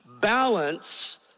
balance